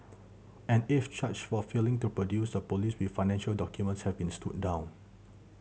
an eighth charge for failing to produce a police with financial documents has been stood down